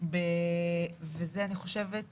אני חושבת